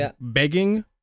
begging